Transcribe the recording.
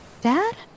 dad